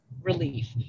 relief